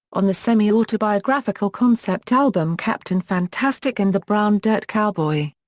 on the semi-autobiographical concept album captain fantastic and the brown dirt cowboy.